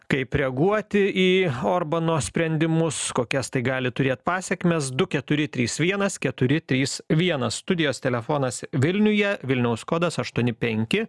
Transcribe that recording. kaip reaguoti į orbano sprendimus kokias tai gali turėt pasekmes du keturi trys vienas keturi trys vienas studijos telefonas vilniuje vilniaus kodas aštuoni penki